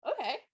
okay